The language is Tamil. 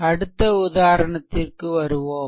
அடுத்த உதாரணத்திற்கு வருவோம்